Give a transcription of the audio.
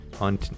on